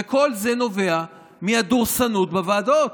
וכל זה נובע מהדורסנות בוועדות.